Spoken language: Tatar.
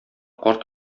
карт